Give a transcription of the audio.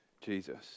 Jesus